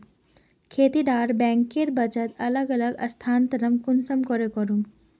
खेती डा बैंकेर बचत अलग अलग स्थानंतरण कुंसम करे करूम?